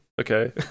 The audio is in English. okay